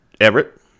Everett